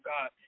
God